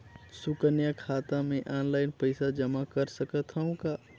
सुकन्या खाता मे ऑनलाइन पईसा जमा कर सकथव का?